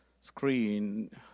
screen